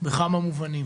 בכמה מובנים.